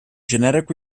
genetic